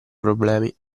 problemi